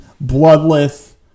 bloodless